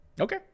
Okay